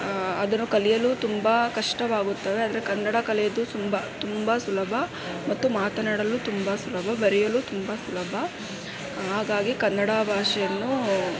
ಅದನ್ನು ಕಲಿಯಲು ತುಂಬ ಕಷ್ಟವಾಗುತ್ತವೆ ಆದರೆ ಕನ್ನಡ ಕಲಿಯೋದು ತುಂಬ ತುಂಬ ತುಂಬ ಸುಲಭ ಮತ್ತು ಮಾತನಾಡಲು ತುಂಬ ಸುಲಭ ಬರೆಯಲು ತುಂಬ ಸುಲಭ ಹಾಗಾಗಿ ಕನ್ನಡ ಭಾಷೆಯನ್ನು